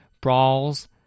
Brawls